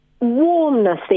warmness